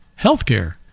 Healthcare